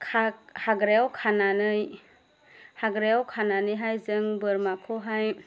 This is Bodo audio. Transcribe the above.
हाग्रायाव खानानै हाग्रायाव खानानैहाय जों बोरमाखौहाय